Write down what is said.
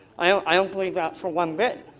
i don't believe that for one bit,